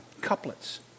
couplets